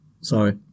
Sorry